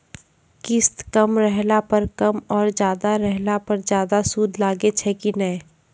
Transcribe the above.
किस्त कम रहला पर कम और ज्यादा रहला पर ज्यादा सूद लागै छै कि नैय?